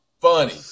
funny